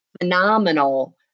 phenomenal